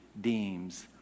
deems